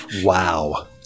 Wow